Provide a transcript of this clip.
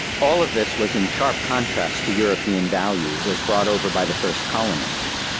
all of this was in sharp contrast to european values as brought over by the first colonists,